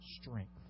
strength